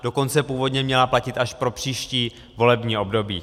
Dokonce původně měla platit až pro příští volební období.